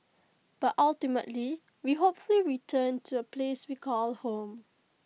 but ultimately we hopefully return to A place we call home